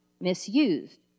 misused